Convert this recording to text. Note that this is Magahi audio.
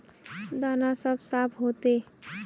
दाना सब साफ होते?